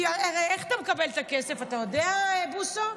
איך אתה מקבל את הכסף, אתה יודע, בוסו?